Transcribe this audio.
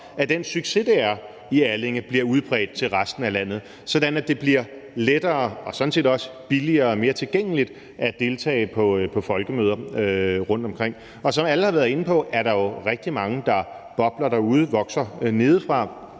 at den succes, det er i Allinge, bliver udbredt til resten af landet, sådan at det bliver lettere og sådan set også billigere og mere tilgængeligt at deltage på folkemøder rundtomkring? Som alle har været inde på, er der jo rigtig mange, der bobler derude, vokser nedefra,